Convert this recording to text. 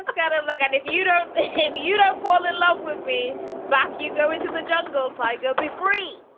got it. like and if you don't behave, you don't fall in love with me back you go into the jungle tiger. be free